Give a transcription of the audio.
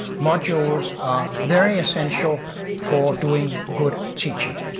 modules are very essential for doing good teaching.